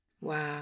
Wow